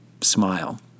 smile